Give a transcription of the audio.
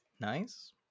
Nice